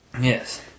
yes